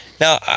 Now